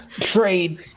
trade